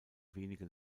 wenige